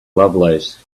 lovelace